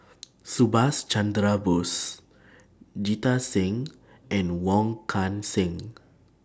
Subhas Chandra Bose Jita Singh and Wong Kan Seng